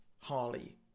Harley